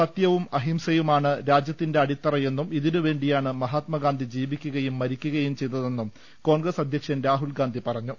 സത്യവും അഹിംസയുമാണ് രാജ്യത്തിന്റെ അടിത്തറയെന്നും ഇതിനുവേണ്ടിയാണ് മഹാത്മാഗാന്ധി ജീവിക്കുകയും മരിക്കു കയും ചെയ്തതെന്നും കോൺഗ്രസ് അധ്യക്ഷൻ രാഹുൽ ഗാന്ധി പറഞ്ഞു